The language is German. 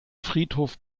friedhof